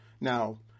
Now